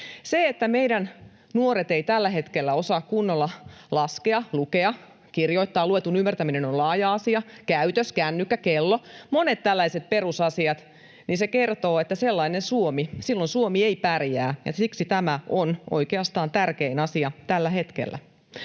Se, että meidän nuoret eivät tällä hetkellä osaa kunnolla laskea, lukea, kirjoittaa — luetun ymmärtäminen on laaja asia — käytös, kännykkä, kello, monet tällaiset perusasiat, se kaikki kertoo, että silloin Suomi ei pärjää, ja siksi tämä on oikeastaan tärkein asia tällä hetkellä.